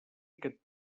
aquest